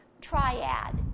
triad